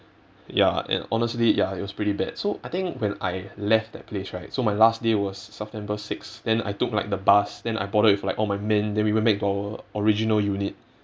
ya and honestly ya it was pretty bad so I think when I left that place right so my last day was september six then I took like the bus then I boarded with all my men then we went back to our original unit